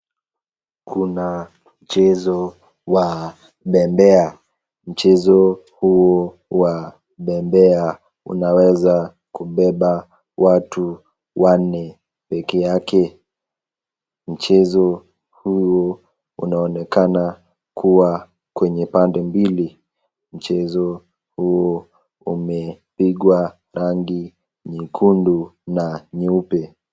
Kuna mchezo wa mbembea mchezo huo Wa mbembea unaweza kubeba watu wanne pekee. Mchezo huu unaonekana kuwa kwenye pande mbili. Mchezo huo umepigwa rangi nyekundu na nyeube.